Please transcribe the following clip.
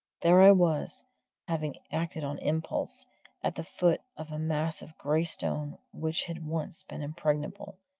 there i was having acted on impulse at the foot of a mass of grey stone which had once been impregnable,